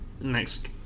next